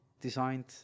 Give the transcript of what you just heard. designed